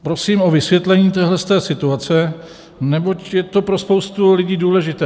Prosím o vysvětlení této situace, neboť je to pro spoustu lidí důležité.